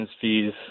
fees